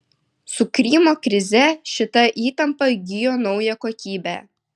su krymo krize šita įtampa įgijo naują kokybę